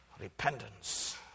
repentance